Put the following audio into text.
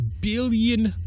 billion